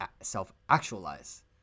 self-actualize